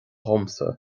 domsa